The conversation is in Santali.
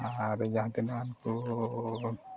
ᱟᱨ ᱡᱟᱦᱟᱸ ᱛᱤᱱᱟᱹᱜ ᱟᱱ ᱠᱚᱻ